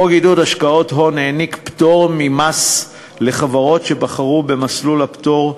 חוק עידוד השקעות הון העניק פטור ממס לחברות שבחרו במסלול הפטור,